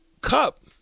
Cup